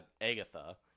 Agatha